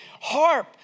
Harp